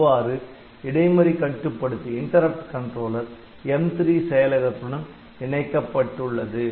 இவ்வாறு இடைமறி கட்டுப்படுத்தி M3 செயலகத்துடன் இணைக்கப்பட்டுள்ளது